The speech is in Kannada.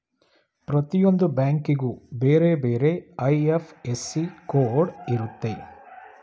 ಪ್ರತಿಯೊಂದು ಬ್ಯಾಂಕಿಗೂ ಬೇರೆ ಬೇರೆ ಐ.ಎಫ್.ಎಸ್.ಸಿ ಕೋಡ್ ಇರುತ್ತೆ